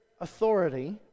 authority